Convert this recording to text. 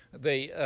they